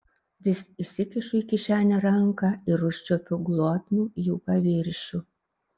vis įsikišu į kišenę ranką ir užčiuopiu glotnų jų paviršių